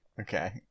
Okay